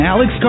Alex